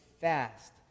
fast